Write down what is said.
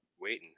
Waiting